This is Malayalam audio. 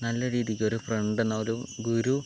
നല്ല രീതിക്ക് ഒരു ഫ്രണ്ട് എന്നപോലെ ഗുരു